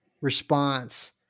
response